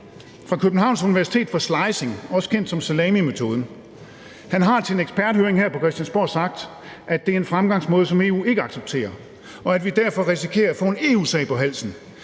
fra Københavns Universitet for slicing, også kendt som salamimetoden. Han har i en eksperthøring her på Christiansborg sagt, at det er en fremgangsmåde, som EU ikke accepterer, og at vi derfor risikerer at få en EU-sag på halsen,